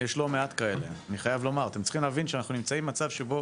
יש לא מעט כאלה, אני חייב לומר, אנחנו במצב שבו